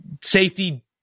Safety